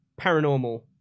Paranormal